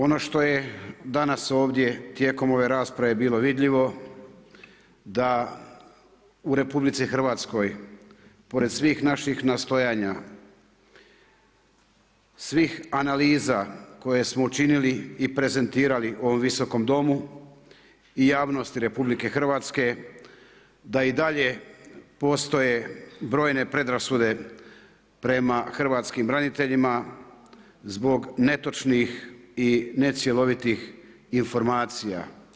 Ono to je danas ovdje tijekom ove rasprave bilo vidljivo da u RH pored svih naših nastojanja, svih analiza koje smo činili i prezentirali u ovom Visokom domu i javnosti RH da i dalje postoje brojne predrasude prema hrvatskim braniteljima zbog netočnih i necjelovitih informacija.